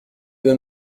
eux